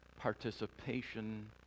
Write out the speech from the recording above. participation